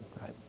right